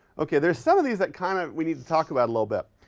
okay, there's some of these that kind of, we need to talk about a little bit.